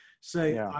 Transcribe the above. say